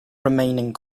remaining